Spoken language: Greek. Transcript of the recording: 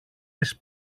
της